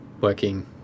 working